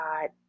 God